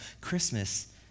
Christmas